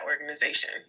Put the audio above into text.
organization